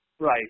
Right